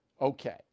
Okay